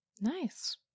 nice